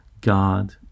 God